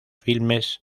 filmes